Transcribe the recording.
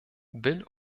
will